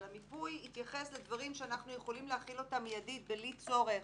אבל המיפוי התייחס לדברים שאנחנו יכולים להחיל אותם מיידית בלי צורך